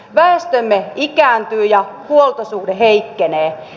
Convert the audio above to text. väestömme ikääntyy ja huoltosuhde heikkenee